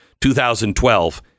2012